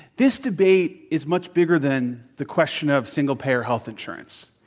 this debate is much bigger than the question of single-payer health insurance.